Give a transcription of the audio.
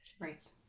right